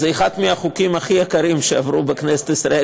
זה אחד מהחוקים הכי יקרים שעברו בכנסת ישראל,